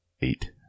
eight